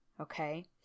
Okay